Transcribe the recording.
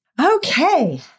Okay